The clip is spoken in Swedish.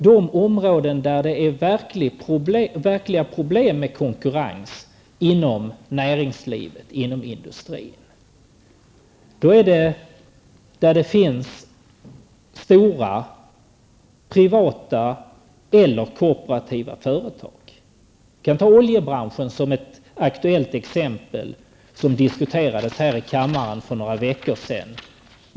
De områden där det är verkliga problem med konkurrens inom industrin och näringslivet i övrigt är där det finns stora privata eller kooperativa företag. Vi kan som ett aktuellt exempel ta oljebranschen, som diskuterades här i kammaren för några veckor sedan.